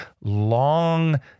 long